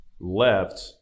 left